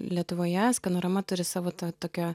lietuvoje skanorama turi savo to tokio